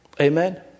Amen